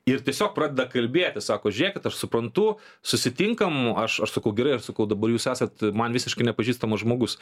ir tiesiog pradeda kalbėti sako žiūrėkit aš suprantu susitinkam aš aš sakau gerai aš sakau dabar jūs esat man visiškai nepažįstamas žmogus